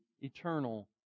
eternal